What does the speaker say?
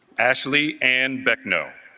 ashley ann beckno